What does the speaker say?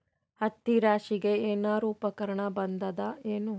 ಹತ್ತಿ ರಾಶಿಗಿ ಏನಾರು ಉಪಕರಣ ಬಂದದ ಏನು?